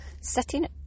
sitting